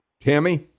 Tammy